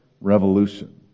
Revolution